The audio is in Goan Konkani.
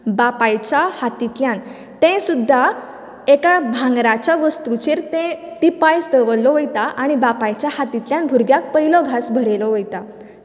बापायच्या हातींतल्यान ते सुद्दा एका भांगराच्या वस्तूचेर ते ती पायस दवरलो वयता आनी बापायच्या हातींतल्यान भुरग्यांक पयलो घास बरयलो वयता